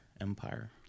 Empire